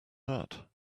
that